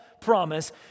promise